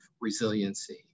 resiliency